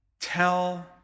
Tell